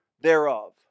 thereof